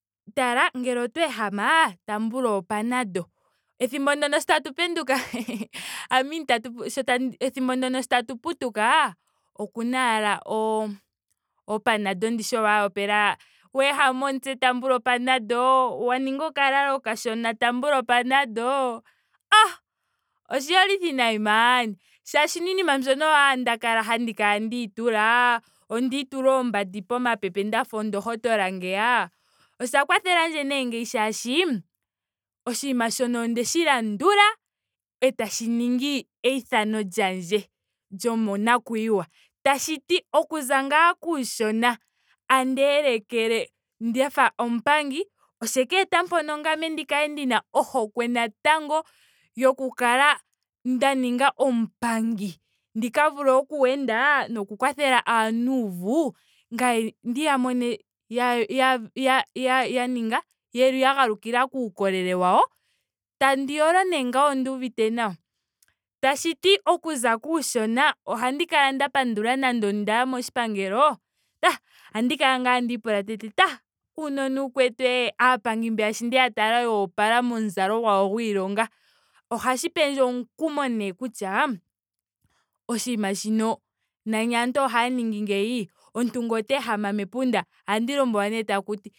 Tala ngele oyo ehama taambula o panado. Ethimbo ndyoka tatu penduka i mean sho tandi ethimbo ndyoka tatu putuka okuna ashike o panado. o panado ndishi oyo ashike opela. wa ehama omutse. taamba o panado. wa ningi okalalo okashona taamba o panado. oh oshiyolithi nayi maan molwaashoka iinima mbyoka oyo ashike nda kala handi kala ndiitula. onda itula oombandi komapepe ndafa ondohotola ngeya. Osha kwathelandje nee ngeyi molwaashoka oshinima shoka ondeshi landula etashi ningi eithano lyandje lyomonakuyiwa. Tashiti okuza ngaa kuushona tandi elekele ndafa omupangi osha ka eta mpono ngame ndi kale ndina ohokwe natango yoku kala nda ninga omupangi. Ndika kale nda vule oku wenda noku kwathela aanuuvu ngame ndiya mone ya- ya- ya ninga ya- yeli ya galukila kuukolele wawo. Tandi yolo nee ngawo onduuvite nawa. Tashiti okuza kuushona ohandi kala nda pandula nonando ondaya moshipangelo tah ohandi kala ngaa tandiipula teti tah uunona uukwetuu. aapangi mbeya sho ndeya tala yoopala momuzalo gwawo gwiilonga. Ohashi pendje omukumo nee kutya oshinima shoka nani aantu ohaya ningi ngeyi. omuntu ngele ota ehama mepunda ohandi lombwelwa nee takuti